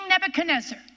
Nebuchadnezzar